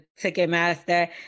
Ticketmaster